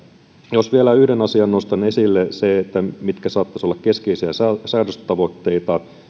jos vielä yhden asian nostan esille sen mitkä saattaisivat olla keskeisiä säädöstavoitteita